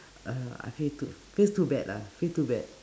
uh I feel too feels too bad lah feel too bad